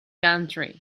country